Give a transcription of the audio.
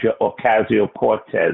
Ocasio-Cortez